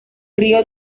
río